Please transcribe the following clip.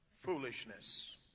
Foolishness